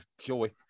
joy